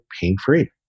pain-free